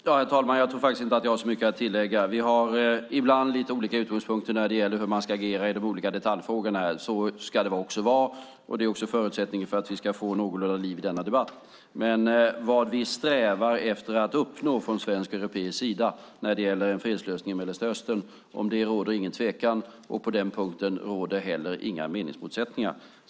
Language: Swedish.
Herr talman! Jag tror faktiskt inte att jag har så mycket att tillägga. Vi har ibland lite olika utgångspunkter när det gäller hur man ska agera i de olika detaljfrågorna. Så ska det också vara. Det är också förutsättningen för att vi ska få någorlunda liv i denna debatt. Men det råder ingen tvekan om vad vi strävar efter att uppnå från svensk och europeisk sida när det gäller en fredslösning i Mellanöstern. Och på den punkten råder inte heller några meningsmotsättningar.